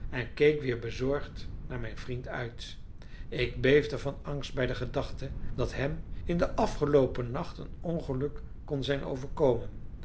en keek weer bezorgd naar mijn vriend uit ik beefde van angst bij de gedachte dat hem in den afgeloopen nacht een ongeluk kon zijn overkomen